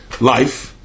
life